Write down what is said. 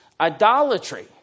idolatry